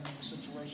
situation